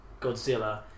Godzilla